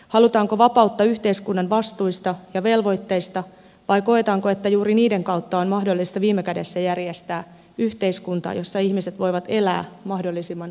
halutaanko vapautta yhteiskunnan vastuista ja velvoitteista vai koetaanko että juuri niiden kautta on mahdollista viime kädessä järjestää yhteiskunta jossa ihmiset voivat elää mahdollisimman vapaasti